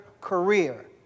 career